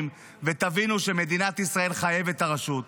ותבינו שמדינת ישראל חייבת את הרשות.